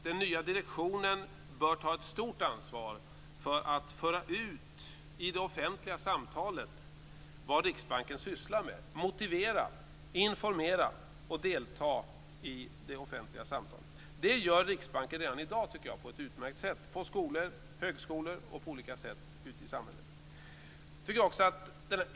Den nya direktionen bör ta ett stort ansvar för att i det offentliga samtalet föra ut vad Riksbanken sysslar med och motivera, informera och delta i det offentliga samtalet. Det tycker jag att Riksbanken redan i dag gör på ett utmärkt sätt på skolor och högskolor och på olika sätt ute i samhället.